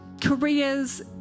careers